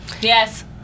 Yes